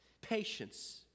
patience